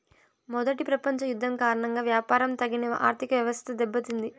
మొదటి ప్రపంచ యుద్ధం కారణంగా వ్యాపారం తగిన ఆర్థికవ్యవస్థ దెబ్బతింది